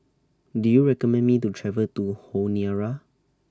Do YOU recommend Me to travel to Honiara